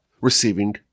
receiving